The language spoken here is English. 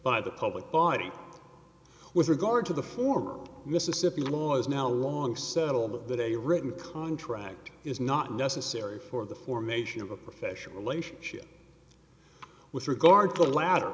by the public body with regard to the former mississippi laws now long settled that a written contract is not necessary for the formation of a professional relationship with regard to